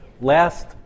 last